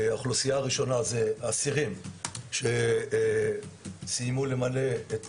האוכלוסייה הראשונה היא האסירים שסיימו למלא את